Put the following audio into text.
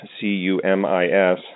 C-U-M-I-S